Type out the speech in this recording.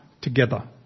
together